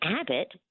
Abbott